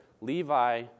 Levi